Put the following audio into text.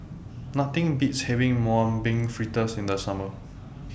Nothing Beats having Mung Bean Fritters in The Summer